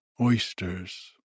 oysters